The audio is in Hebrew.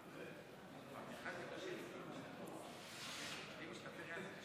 ולתחושה הקשה שמסתובבים איתה מיליונים במדינת